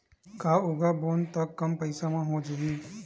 का उगाबोन त कम पईसा म हो जाही?